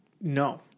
No